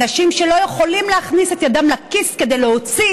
הם האנשים שלא יכולים להכניס את ידם לכיס כדי להוציא